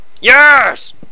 Yes